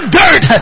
dirt